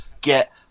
get